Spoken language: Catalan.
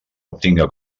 obtinga